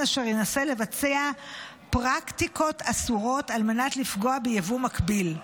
אשר ינסה לבצע פרקטיקות אסורות על מנת לפגוע ביבוא מקביל.